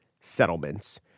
settlements